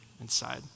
inside